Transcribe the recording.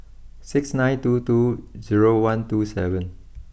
six nine two two zero one two seven